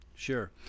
Sure